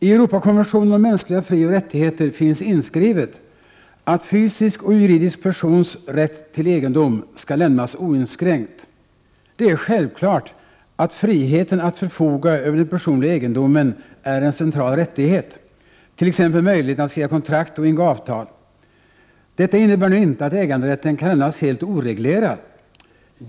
I Europakonventionen om mänskliga frioch rättigheter finns inskrivet, att fysisk och juridisk persons rätt till egendom skall lämnas oinskränkt. Det är självklart att friheten att förfoga över den personliga egendomen är en central rättighet, t.ex. möjligheten att skriva kontrakt och ingå avtal. Detta innebär nu inte att äganderätten kan lämnas helt oreglerad.